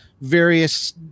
various